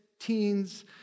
teens